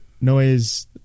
noise